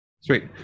Sweet